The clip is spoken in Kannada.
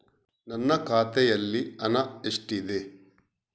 ನನ್ನ ಖಾತೆಯಲ್ಲಿ ಹಣ ಎಷ್ಟಿದೆ?